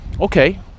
okay